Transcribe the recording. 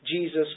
Jesus